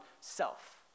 self